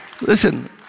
Listen